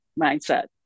mindset